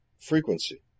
frequency